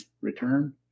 return